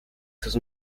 sus